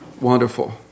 wonderful